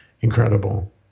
incredible